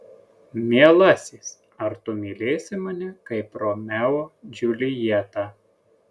mielasis ar tu mylėsi mane kaip romeo džiuljetą